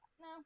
no